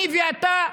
אני ואתה,